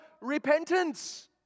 repentance